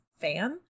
fan